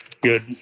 good